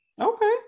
Okay